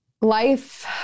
life